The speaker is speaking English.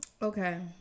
Okay